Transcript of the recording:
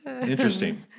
Interesting